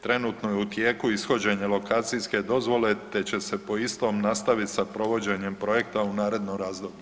Trenutno je u tijeku ishođenje lokacijske dozvole te će se po istom nastaviti sa provođenjem projekta u narednom razdoblju.